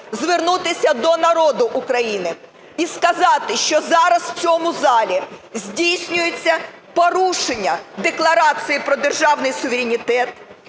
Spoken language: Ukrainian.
звернутися до народу України, і сказати, що зараз в цьому залі здійснюється порушення Декларації про державний суверенітет,